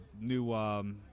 new